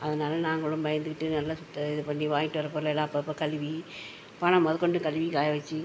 அதனால் நாங்களும் பயந்துகிட்டு நல்ல சுத்த இது பண்ணி வாய்ண்ட்டு வர பொருளெல்லாம் அப்பப்போ கழுவி பணம் முதக்கொண்டு கழுவி காய வச்சி